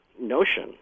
notion